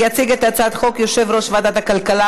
יציג את הצעת החוק יושב-ראש ועדת הכלכלה,